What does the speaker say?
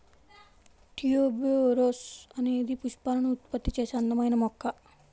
tuberose అనేది పుష్పాలను ఉత్పత్తి చేసే అందమైన మొక్క